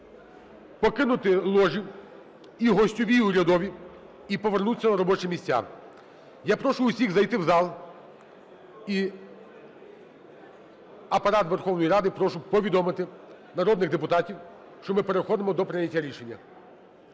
покинути ложі і гостьові, і урядові, і повернутися на робочі місця. Я прошу всіх зайти в зал і Апарат Верховної Ради прошу повідомити народних депутатів, що ми переходимо до прийняття рішення.